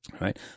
Right